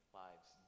lives